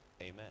amen